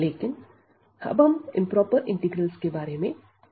लेकिन अब हम इंप्रोपर इंटीग्रल्स के बारे में चर्चा करेंगे